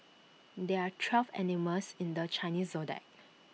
there are twelve animals in the Chinese Zodiac